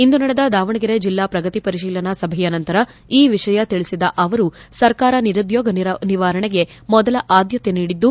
ಇಂದು ನಡೆದ ದಾವಣಗೆರೆ ಜಿಲ್ಲಾ ಪ್ರಗತಿ ಪರಿಶೀಲನಾ ಸಭೆಯ ನಂತರ ಈ ವಿಷಯ ತಿಳಿಸಿದ ಅವರು ಸರ್ಕಾರ ನಿರುದ್ಯೋಗ ನಿವಾರಣೆಗೆ ಮೊದಲ ಆದ್ಯತೆ ನೀಡಿದ್ದು